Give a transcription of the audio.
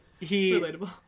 Relatable